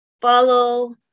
follow